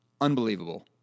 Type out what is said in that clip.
unbelievable